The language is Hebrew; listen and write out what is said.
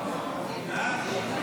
להעביר לוועדה